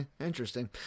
interesting